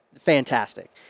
fantastic